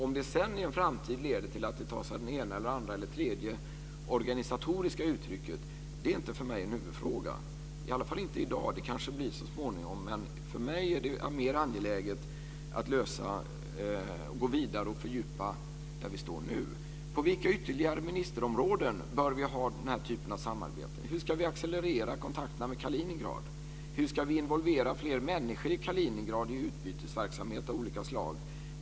Om det sedan i en framtid leder till att det tar sig det ena eller det andra eller det tredje organisatoriska uttrycket är inte för mig en huvudfråga - i alla fall inte i dag. Det kanske det blir så småningom, men för mig är det mer angeläget att gå vidare och fördjupa där vi står nu. På vilka ytterligare ministerområden bör vi ha denna typ av samarbete? Hur ska vi accelerera kontakterna med Kaliningrad? Hur ska vi involvera fler människor i Kaliningrad i utbytesverksamhet av olika slag?